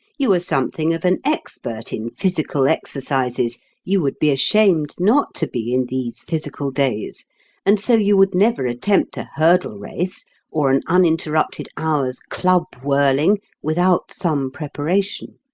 you are something of an expert in physical exercises you would be ashamed not to be, in these physical days and so you would never attempt a hurdle race or an uninterrupted hour's club-whirling without some preparation.